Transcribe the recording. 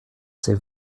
ses